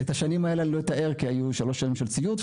ואת השנים האלה אני לא אתאר כי היו שלוש שנים של סיוט,